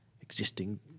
existing